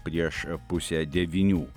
prieš pusę devynių